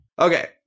okay